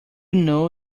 know